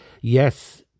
Yes